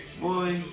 boy